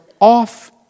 off